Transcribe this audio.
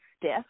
stiff